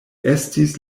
estis